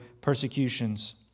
persecutions